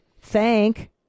thank